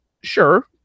sure